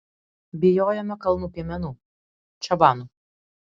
bijojome kalnų piemenų čabanų